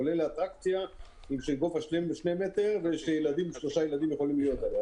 כולל לאטרקציה בגובה שני מטרים ששלושה ילדים יכולים להיות בה,